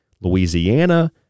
Louisiana